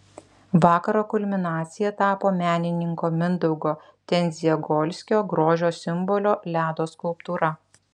vakaro kulminacija tapo menininko mindaugo tendziagolskio grožio simbolio ledo skulptūra